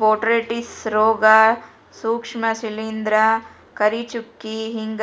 botrytis ರೋಗ, ಸೂಕ್ಷ್ಮ ಶಿಲಿಂದ್ರ, ಕರಿಚುಕ್ಕಿ ಹಿಂಗ